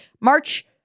March